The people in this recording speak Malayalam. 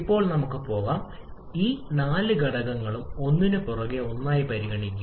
ഇപ്പോൾ നമുക്ക് പോകാം ഈ നാല് ഘടകങ്ങളും ഒന്നിനുപുറകെ ഒന്നായി പരിഗണിക്കുക